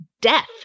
death